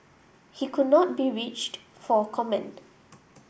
he could not be reached for comment